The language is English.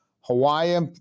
Hawaii